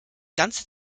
ganze